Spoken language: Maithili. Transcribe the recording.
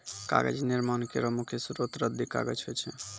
कागज निर्माण केरो मुख्य स्रोत रद्दी कागज होय छै